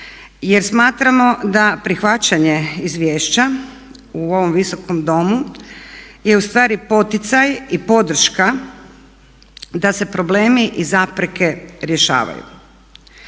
jer smatramo da prihvaćanje izvješća u ovom visokom domu je ustvari poticaj i podrška da se problemi i zapreke rješavaju.